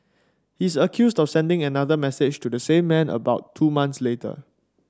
he is accused of sending another message to the same man about two months later